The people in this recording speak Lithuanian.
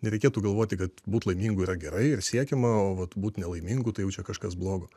nereikėtų galvoti kad būti laimingu yra gerai ir siekiama o vat būti nelaimingu tai jau čia kažkas blogo